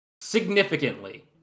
Significantly